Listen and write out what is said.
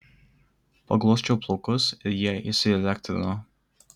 paglosčiau plaukus ir jie įsielektrino